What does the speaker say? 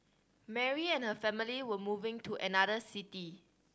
Mary and her family were moving to another city